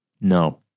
No